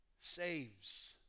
saves